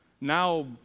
now